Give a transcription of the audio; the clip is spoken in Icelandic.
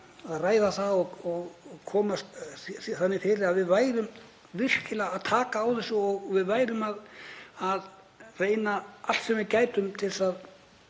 að ræða það og koma því þannig fyrir að við værum virkilega að taka á þessu og værum að reyna allt sem við gætum til að